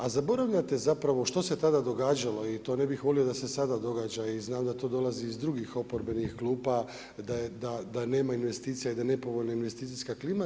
A zaboravljate zapravo što se tada događalo i to ne bih volio da se sada događa i znam da to dolazi iz drugih oporbenih klupa da nema investicija i da je nepovoljna investicijska tema.